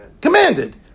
Commanded